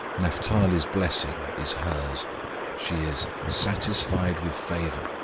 naphtali's blessing is hers she is satisfied with favour,